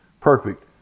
perfect